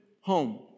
home